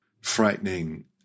frightening